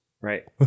Right